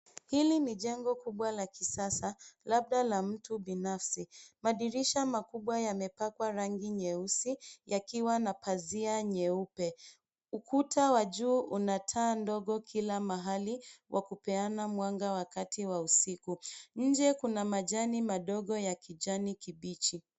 Hili ni jengo kubwa la kisasa labda la mtu binafsi madirisha makubwa yamepakwa rangi nyeusi yakiwa na pazia nyeupe ukuta wa juu una taa ndogo kila mahali wa kupeana mwanga wakati wa usiku nje kuna majani madogo ya kijani kibichi.